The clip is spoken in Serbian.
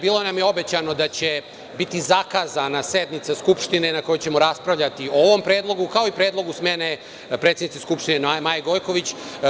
Bilo nam je obećano da će biti zakazana sednica Skupštine na kojoj ćemo raspravljati o ovom predlogu, kao i predlogu smene predsednici Skupštine Maje Gojković.